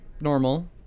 normal